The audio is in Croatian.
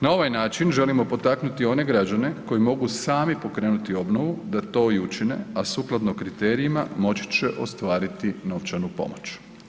Na ovaj način želimo potaknuti one građane koji mogu sami pokrenuti obnovu da to i učine, a sukladno kriterijima moći će ostvariti novčanu pomoć.